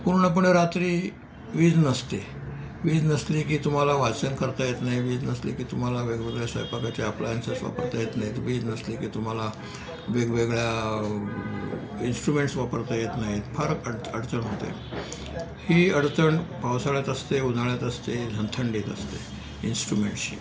पूर्णपणे रात्री वीज नसते वीज नसली की तुम्हाला वाचन करता येत नाही वीज नसली की तुम्हाला वेगवेगळ्या स्वयंपाकाच्या अप्लायन्सेस वापरता येत नाहीत वीज नसली की तुम्हाला वेगवेगळ्या इन्स्ट्रुमेंट्स वापरता येत नाहीत फार अड अडचण होते ही अडचण पावसाळ्यात असते उन्हाळ्यात असते झनथंडीत असते इन्स्ट्रुमेंट्सची